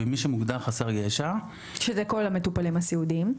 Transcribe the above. במי שמוגדר חסר ישע --- שאלה כל המטופלים הסיעודיים.